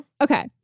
Okay